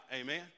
Amen